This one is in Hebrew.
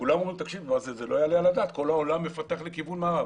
כולם אמרו שזה לא יעלה על הדעת כי כל העולם מפתח לכיוון מערב.